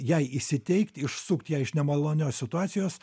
jai įsiteikt išsisukt ją iš nemalonios situacijos